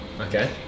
Okay